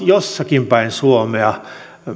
jossakin päin suomea